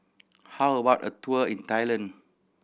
how about a tour in Thailand